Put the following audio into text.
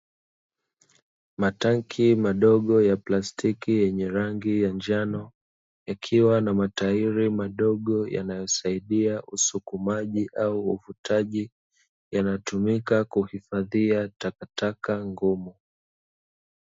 Matanki madogo ya plastiki, yenye rangi ya njano yakiwa na matairi madogo yanayosaidia usukumaji au uvutaji, yanatumika kuhifadhia takataka ngumu.